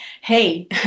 hey